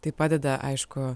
tai padeda aišku